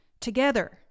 together